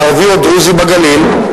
לערבי או דרוזי בגליל,